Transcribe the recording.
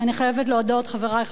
חברי חברי הכנסת,